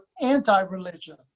anti-religion